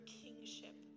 kingship